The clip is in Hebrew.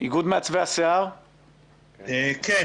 איגוד מעצבי השיער, בבקשה.